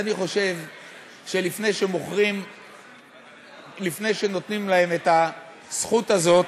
אני חושב שלפני שנותנים להם את הזכות הזאת,